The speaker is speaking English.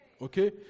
Okay